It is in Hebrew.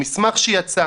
המסמך שיצא,